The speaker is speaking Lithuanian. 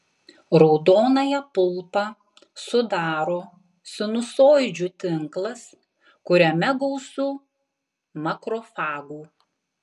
raudonąją pulpą sudaro sinusoidžių tinklas kuriame gausu makrofagų